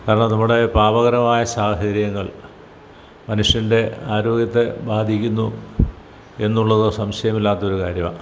കാരണം നമ്മുടെ പാപകരമായ സാഹചര്യങ്ങൾ മനുഷ്യൻ്റെ ആരോഗ്യത്തെ ബാധിക്കുന്നു എന്നുള്ളത് സംശയമില്ലാത്തൊരു കാര്യമാണ്